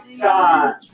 time